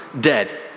dead